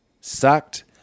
sucked